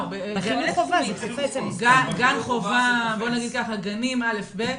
גן חובה, בוא נגיד ככה, גנים, א', ב'